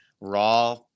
raw